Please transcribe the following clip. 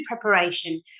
preparation